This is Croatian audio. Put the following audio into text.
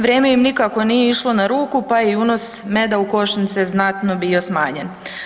Vrijeme im nikako nije išlo na ruku pa je i unos meda u košnice znatno bio smanjen.